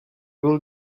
will